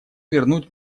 вернуть